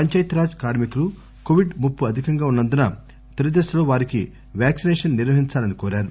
పంచాయతీ రాజ్ కార్మికులు కొవిడ్ ముప్పు అధికంగా ఉన్నందున తొలి దశలో వారికి వ్యాక్సిసేషన్ నిర్వహించాలని కోరారు